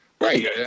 right